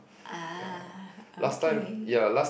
ah okay